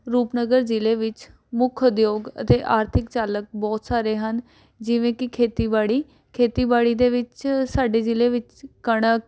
ਰੂਪਨਗਰ ਜ਼ਿਲ੍ਹੇ ਵਿੱਚ ਮੁੱਖ ਉਦਯੋਗ ਅਤੇ ਆਰਥਿਕ ਚਾਲਕ ਬਹੁਤ ਸਾਰੇ ਹਨ ਜਿਵੇਂ ਕਿ ਖੇਤੀਬਾੜੀ ਖੇਤੀਬਾੜੀ ਦੇ ਵਿੱਚ ਸਾਡੇ ਜ਼ਿਲ੍ਹੇ ਵਿੱਚ ਕਣਕ